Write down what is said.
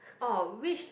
orh which